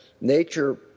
nature